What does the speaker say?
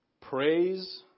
Praise